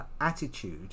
attitude